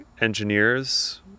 engineers